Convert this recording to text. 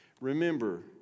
Remember